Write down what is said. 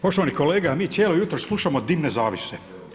Poštovani kolega, mi cijelo jutro slušamo dimne zavjese.